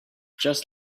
just